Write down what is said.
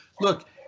Look